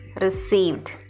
received